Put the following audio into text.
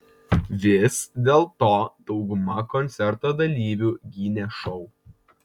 vis dėlto dauguma koncerto dalyvių gynė šou